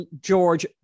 George